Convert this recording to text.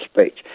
speech